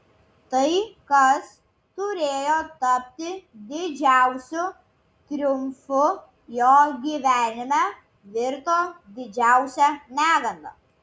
tai kas turėjo tapti didžiausiu triumfu jo gyvenime virto didžiausia neganda